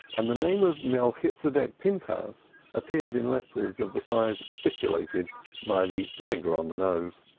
and the name of melchitsedek pinchas appeared in letters of the size stipulated by the finger on the nose.